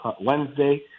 Wednesday